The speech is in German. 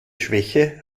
schwäche